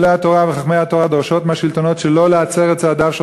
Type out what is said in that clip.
מועצות גדולי וחכמי התורה דורשות מהשלטונות שלא להצר את צעדיו של